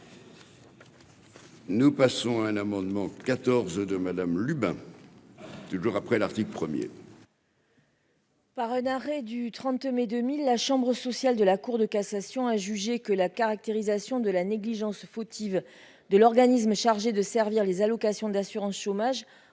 Nous passons à un amendement quatorze de Madame Lubin toujours après l'article 1er. Par un arrêt du 30 mai 2000, la chambre sociale de la Cour de cassation a jugé que la caractérisation de la négligence fautive de l'organisme chargé de servir les allocations d'assurance chômage